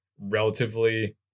relatively